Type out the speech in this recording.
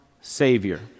Savior